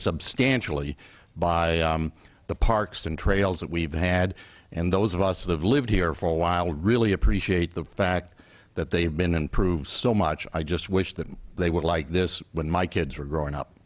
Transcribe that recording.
substantially by the parks and trails that we've had and those of us who have lived here for a while really appreciate the fact that they have been improved so much i just wish that they would like this when my kids were growing up